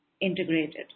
integrated